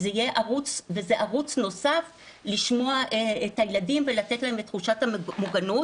וזה ערוץ נוסף לשמוע את הילדים ולתת להם את תחושת המוגנות.